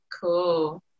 Cool